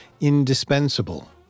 indispensable